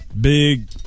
Big